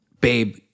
babe